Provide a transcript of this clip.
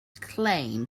claim